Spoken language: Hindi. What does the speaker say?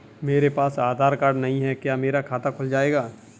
मेरे पास आधार कार्ड नहीं है क्या मेरा खाता खुल जाएगा?